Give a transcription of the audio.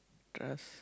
trust